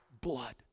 blood